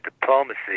diplomacy